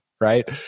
Right